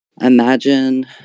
Imagine